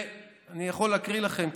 אני יכול להקריא לכם,